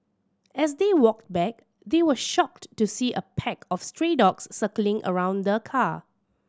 as they walked back they were shocked to see a pack of stray dogs circling around the car